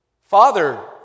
Father